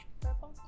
purple